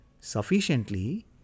sufficiently